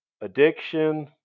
addiction